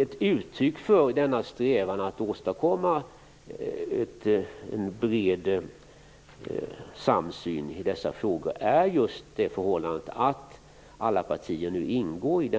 Ett uttryck för strävan att åstadkomma en bred samsyn i dessa frågor är just förhållandet att alla partier ingår i